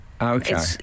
Okay